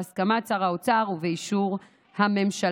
בהסכמת שר האוצר ובאישור הממשלה.